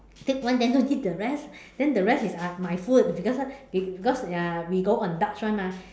take one then don't eat the rest then the rest is I my food because it we go on dutch [one] mah